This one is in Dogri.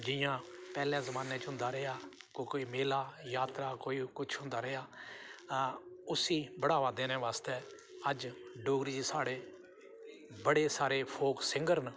जियां पैह्लें जमान्ने च होंदा रेहा कि कोई मेला जातरा कोई कुछ होंदा रेहा उसी बढ़ावा देने बास्तै अज्ज डोगरी च साढ़े बड़े सारे फोक सिंगर न